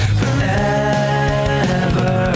forever